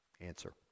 Answer